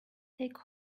take